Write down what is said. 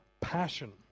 passion